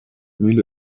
mühle